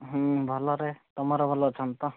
ଭଲରେ ତମର ଭଲ ଅଛନ୍ତି ତ